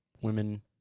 women